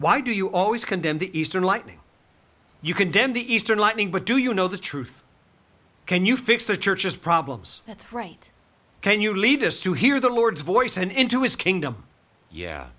why do you always condemn the eastern lightning you condemn the eastern lightning but do you know the truth can you fix the church's problems that's right can you lead us to hear the lord's voice and into his kingdom yeah